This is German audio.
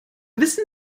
wissen